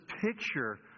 picture